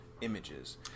images